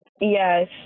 Yes